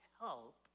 help